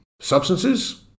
substances